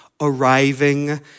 arriving